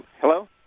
hello